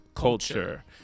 culture